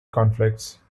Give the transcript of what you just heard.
conflicts